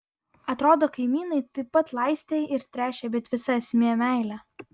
atrodo kaimynai taip pat laistė ir tręšė bet visa esmė meilė